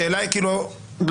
השאלה היא אם אני מבין נכון,